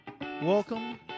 Welcome